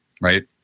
right